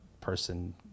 person